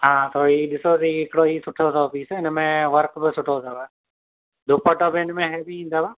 हा थोरी ॾिसोसि हीउ हिकिड़ो हीउ सुठो अथव पीस हिन में वर्क़ बि सुठो अथव दुपटो बि हिन में हेवी ईंदव